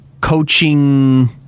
coaching